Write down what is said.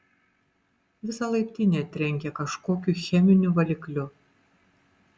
visa laiptinė trenkė kažkokiu cheminiu valikliu